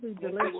delicious